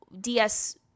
DS